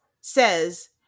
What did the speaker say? says